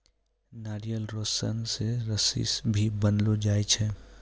नारियल रो सन से रस्सी भी बनैलो जाय छै